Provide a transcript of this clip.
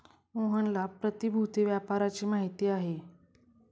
मोहनला प्रतिभूति व्यापाराची माहिती आहे